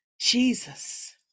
Jesus